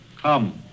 Come